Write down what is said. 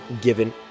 given